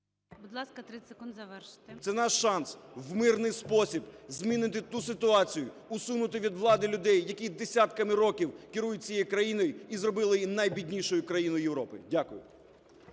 Будь ласка, 30 секунд завершити. СЕМЕНУХА Р.С. Це наш шанс в мирний спосіб змінити ту ситуацію, усунути від влади людей, які десятками років керують цією країною і зробили її найбіднішою країною Європи. Дякую.